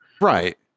Right